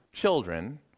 children